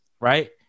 Right